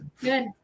Good